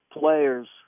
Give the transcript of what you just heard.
players